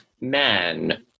men